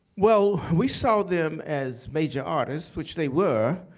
well, we saw them as major artists, which they were.